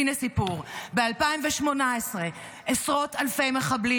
הינה סיפור: ב-2018 עשרות אלפי מחבלים